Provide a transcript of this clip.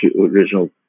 original